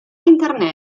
internet